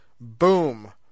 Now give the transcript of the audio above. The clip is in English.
Boom